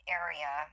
area